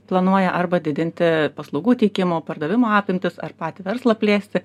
planuoja arba didinti paslaugų teikimo pardavimo apimtis ar patį verslą plėsti